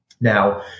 Now